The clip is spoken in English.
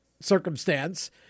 circumstance